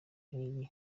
nkiyi